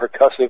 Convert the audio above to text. percussive